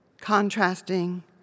contrasting